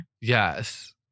Yes